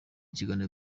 ikiganiro